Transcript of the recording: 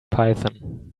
python